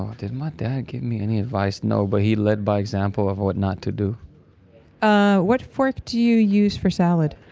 um did my dad give me any advice? no, but he led by example of what not to do ah, what fork do you use for salad?